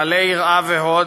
מלא יראה והוד,